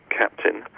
captain